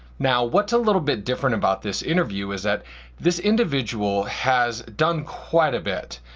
now, what's a little bit different about this interview is that this individual has done quite a bit.